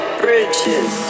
bridges